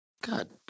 God